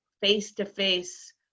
face-to-face